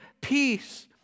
peace